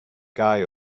guy